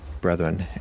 brethren